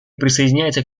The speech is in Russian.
присоединяется